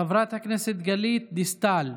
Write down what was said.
חברת הכנסת גלית דיסטל,